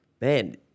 Man